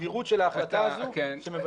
בסבירות של ההחלטה הזו שמבטלת?